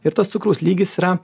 ir tas cukraus lygis yra